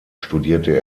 studierte